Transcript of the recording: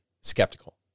skeptical